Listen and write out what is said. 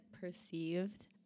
perceived